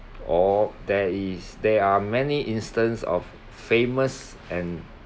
or there is there are many instance of famous and